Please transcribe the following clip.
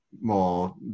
more